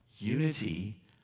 unity